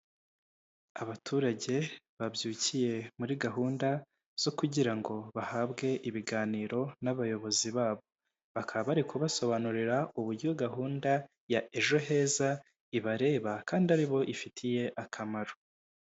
Abaturage babyukiye muri gahunda zo kugira ngo bahabwe ibiganiro n'abayobozi babo, bakaba bari kubasobanurira uburyo gahunda ya EJO HEZA ibareba kandi aribo ifitiye akamaro.